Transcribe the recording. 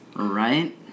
right